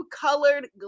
colored